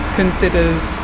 considers